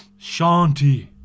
Shanti